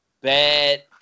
bad